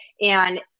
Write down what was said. and-